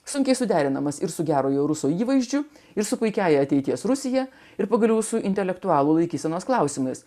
sunkiai suderinamas ir su gero jūsų įvaizdžiu ir su puikiąja ateities rusija ir pagaliau rusų intelektualų laikysenos klausimais